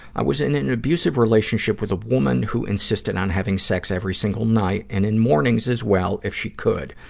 i was in an abusive relationship with a woman who insisted on having sex every single night and in mornings as well, if she could.